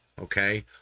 Okay